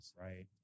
Right